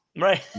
right